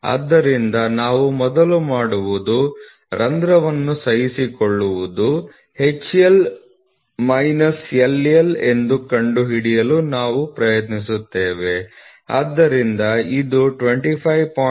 ಆದ್ದರಿಂದ ನಾವು ಮೊದಲು ಮಾಡುವುದು ರಂಧ್ರ ಸಹಿಷ್ಣುತೆ ಕಂಡುಹಿಡಿಯಲು ನಾವು ಪ್ರಯತ್ನಿಸುತ್ತೇವೆ ಮತ್ತು ಅದು HL ಮೈನಸ್ LL ಆಗಿರುತ್ತದೆ